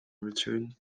returned